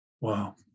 Wow